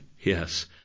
Yes